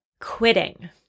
quitting